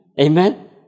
Amen